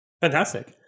Fantastic